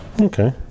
okay